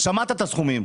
שמעת את הסכומים.